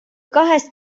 kahest